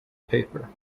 paper